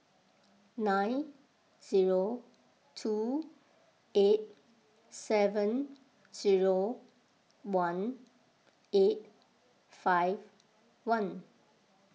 nine zero two eight seven zero one eight five one